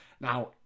Now